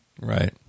Right